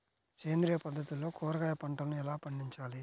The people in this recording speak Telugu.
సేంద్రియ పద్ధతుల్లో కూరగాయ పంటలను ఎలా పండించాలి?